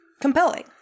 Compelling